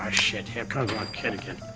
shit, here comes my kid again.